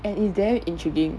and it's damn intriguing